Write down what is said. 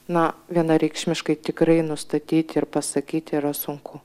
na vienareikšmiškai tikrai nustatyti ir pasakyti yra sunku